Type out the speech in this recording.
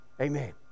amen